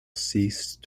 cease